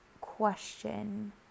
question